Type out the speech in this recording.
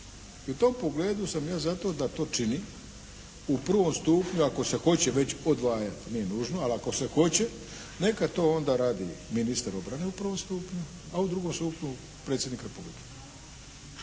i u tom pogledu sam ja za to da to činim u prvom stupnju ako se hoće već odvajati nije nužno. Ali ako se hoće neka to onda radi ministar obrane u prvom stupnju, a u drugom stupnju Predsjednik Republike